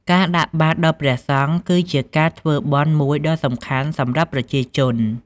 ការដាក់បាតដល់ព្រះសង្ឃ គឺជាការធ្វើបុណ្យមួយដ៏សំខាន់សម្រាប់ប្រជាជន។